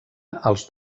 als